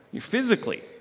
physically